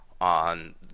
on